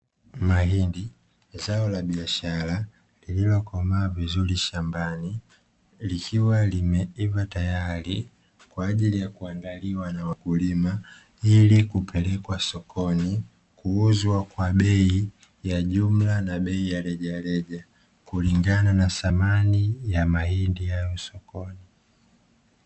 Mahindi, zao la biashara, lililokomaa vizuri shambani, likiwa limeiva tayari kwa ajili ya kuandaliwa na wakulima, ili kupelekwa sokoni kuuzwa kwa bei ya jumla na bei ya rejareja kulingana na thamani ya mahindi yaliyo sokoni.